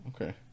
okay